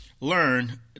learn